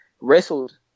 wrestled